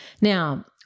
now